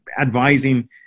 advising